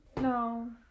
No